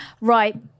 Right